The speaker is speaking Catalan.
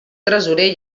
tresorer